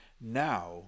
now